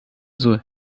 sie